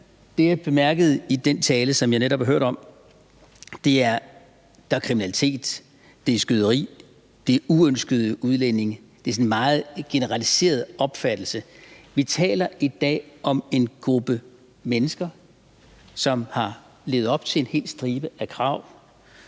Det, jeg bemærkede i den tale, som jeg netop har hørt, er, at der er kriminalitet, der er skyderi, der er uønskede udlændinge – det er sådan en meget generaliserende opfattelse. Vi taler i dag om en gruppe mennesker, som har levet op til en hel stribe af krav,